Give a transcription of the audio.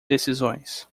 decisões